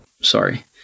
Sorry